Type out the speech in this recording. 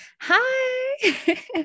Hi